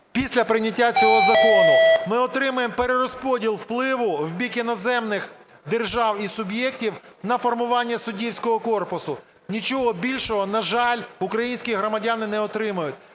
після прийняття цього закону. Ми отримаємо перерозподіл впливу в бік іноземних держав і суб'єктів на формування суддівського корпусу. Нічого більшого, на жаль, українські громадяни не отримають.